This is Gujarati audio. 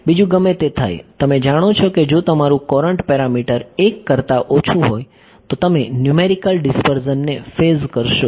બીજું ગમે તે થાય તમે જાણો છો કે જો તમારું કોરંટ પેરમીટર 1 કરતા ઓછું હોય તો તમે ન્યૂમેરિકલ ડીસ્પર્સનને ફેઝ કરશો